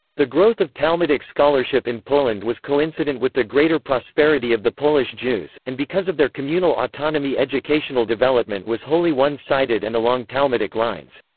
the growth of talmudic scholarship in poland was coincident with the greater prosperity of the polish jews and because of their communal autonomy educational development was wholly one-sided and along talmudic lines.